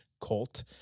Colt